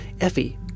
Effie